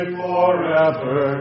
forever